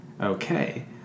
Okay